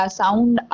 sound